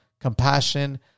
compassion